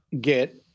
get